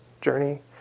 journey